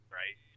right